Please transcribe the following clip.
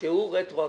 שהוא רטרואקטיבי.